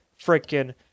freaking